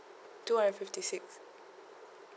two hundred and fifty six